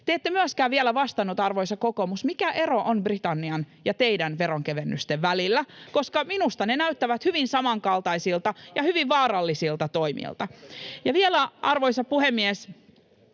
Te ette myöskään vielä vastanneet, arvoisa kokoomus, mikä ero on Britannian ja teidän veronkevennystenne välillä, koska minusta ne näyttävät hyvin samankaltaisilta ja hyvin vaarallisilta toimilta. [Kai Mykkäsen